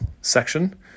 section